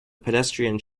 pedestrian